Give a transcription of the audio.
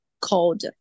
cold